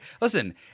listen